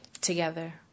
together